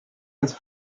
his